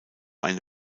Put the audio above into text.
eine